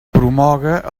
promoga